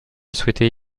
souhaitée